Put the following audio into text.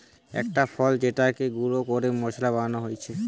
একটা ফল যেটাকে গুঁড়ো করে মশলা বানানো হচ্ছে